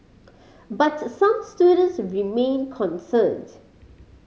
but some students remain concerned